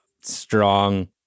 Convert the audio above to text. strong